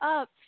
up